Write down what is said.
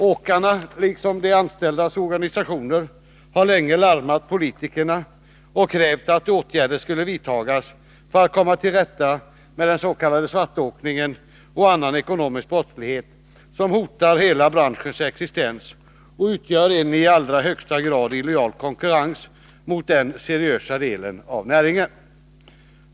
Åkarna liksom de anställdas organisationer har länge larmat politikerna och krävt att åtgärder skulle vidtas för att man skall komma till rätta med s.k. svartåkning och annan ekonomisk brottslighet som hotar hela branschens existens och utgör en i allra högsta grad illojal konkurrens mot den seriösa delen av näringen.